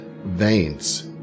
veins